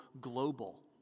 global